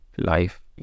life